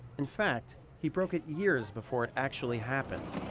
in fact, he broke it years before it actually happened.